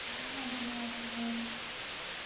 ᱫᱚᱦᱲᱟ ᱵᱮᱱᱟᱣ ᱨᱮᱫᱚ